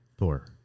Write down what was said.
Thor